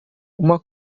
uma